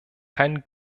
kein